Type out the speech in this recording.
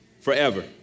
forever